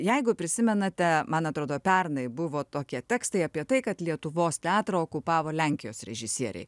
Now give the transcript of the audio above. jeigu prisimenate man atrodo pernai buvo tokie tekstai apie tai kad lietuvos teatrą okupavo lenkijos režisieriai